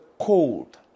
cold